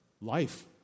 Life